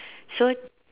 so